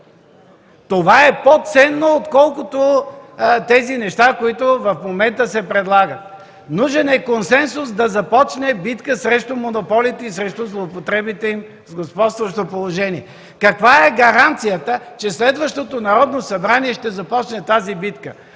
Това е по-ценно, отколкото нещата, които в момента се предлагат. Нужен е консенсус да започне битка срещу монополите и срещу злоупотребите с господстващо положение. Каква е гаранцията, че следващото Народно събрание ще започне тази битка,